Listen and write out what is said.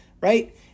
right